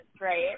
right